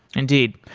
indeed.